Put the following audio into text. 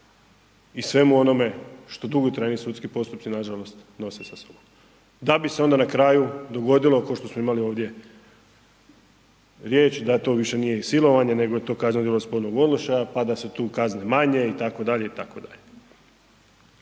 i svemu onome što dugotrajni sudski postupci nažalost nose sa sobom, da bi se onda na kraju dogodilo ko što smo imali ovdje riječi da to više nije i silovanje nego je to kazneno djelo spolnog odnošaja pa da su tu kazne manje itd.,